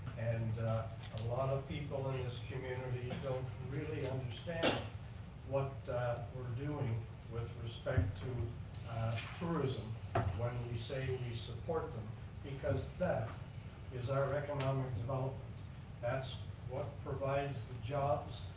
and a lot of people in this community don't really understand what we're doing with respect to tourism when we say we support because that is our economic development. that's what provides the jobs,